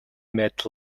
met